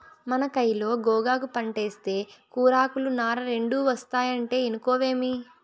మన కయిలో గోగాకు పంటేస్తే కూరాకులు, నార రెండూ ఒస్తాయంటే ఇనుకోవేమి